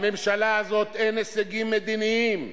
לממשלה הזאת אין הישגים מדיניים,